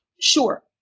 Sure